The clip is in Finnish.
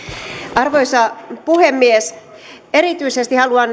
arvoisa puhemies erityisesti haluan